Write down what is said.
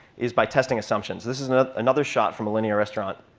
is by testing assumptions. this is another shot from alinea restaurant.